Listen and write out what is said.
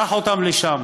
קח אותם לשם,